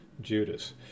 Judas